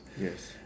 Yes